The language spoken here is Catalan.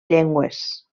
llengües